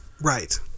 right